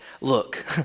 look